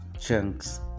chunks